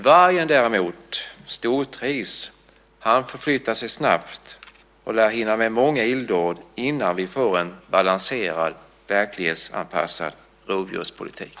Vargen däremot stortrivs, han förflyttar sig snabbt och lär hinna med många illdåd innan vi får en balanserad verklighetsanpassad rovdjurspolitik.